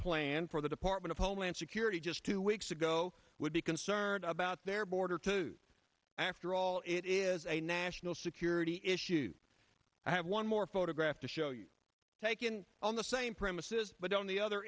plan for the department of homeland security just two weeks ago would be concerned about their border to after all it is a national security issue i have one more photograph to show you taken on the same premises but on the other